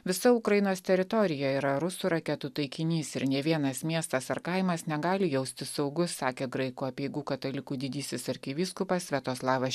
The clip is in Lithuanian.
visa ukrainos teritorija yra rusų raketų taikinys ir nė vienas miestas ar kaimas negali jaustis saugus sakė graikų apeigų katalikų didysis arkivyskupas sviatoslavas